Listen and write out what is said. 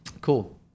cool